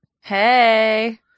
Hey